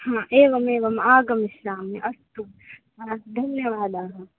हा एवम् एवम् आगमिष्यामि अस्तु हा धन्यवादाः